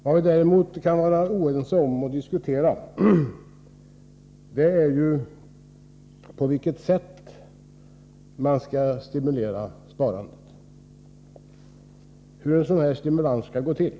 Vad vi däremot kan vara oense om och diskutera är på vilket sätt man skall stimulera sparandet och hur en sådan stimulans skall gå till.